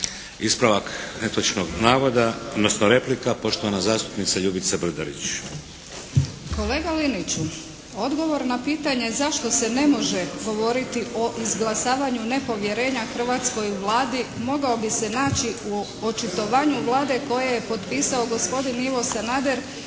Ispravak netočnog navoda, odnosno replika, poštovana zastupnica Ljubica Brdarić. **Brdarić, Ljubica (SDP)** Kolega Liniću, odgovor na pitanje zašto se ne može govoriti o izglasavanju nepovjerenju hrvatskoj Vladi mogao bi se naći u očitovanje Vlade koje je potpisao gospodin Ivo Sanader